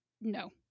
No